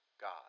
God